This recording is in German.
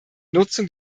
nutzung